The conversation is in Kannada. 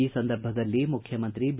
ಈ ಸಂದರ್ಭದಲ್ಲಿ ಮುಖ್ಯಮಂತ್ರಿ ಬಿ